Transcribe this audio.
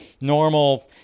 normal